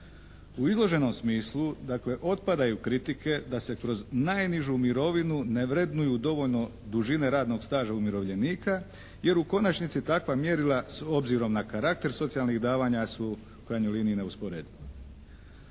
U izloženom smislu dakle otpadaju kritike da se kroz najnižu mirovinu ne vrednuju dovoljno dužine radnog staža umirovljenika jer u konačnici takva mjerila s obzirom na karakter socijalnih davanja su u krajnjoj liniji neusporediva.